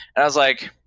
i was like,